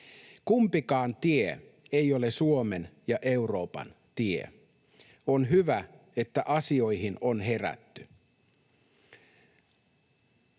Kumpikaan tie ei ole Suomen ja Euroopan tie. On hyvä, että asioihin on herätty.